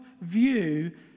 view